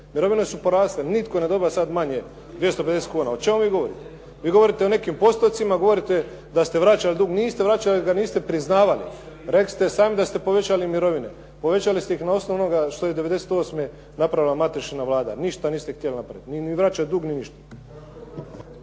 Mirovine su porasle kolega. Nitko ne dobiva sada manje 250 kuna. o čemu vi govorite. Vi govorite o nekim postocima, govorite da ste vraćali dug. Niste vraćali ga jer ga niste priznavali. Rekli ste sami da ste povećali mirovine. Povećali ste ih na osnovu onoga što je '98. napravila matična Vlada. Ništa niste htjeli napraviti, ni vraćati dug ni ništa.